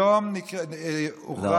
היום הוכרזה